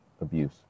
abuse